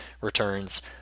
returns